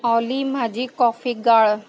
ऑली माझी कॉफी गाळ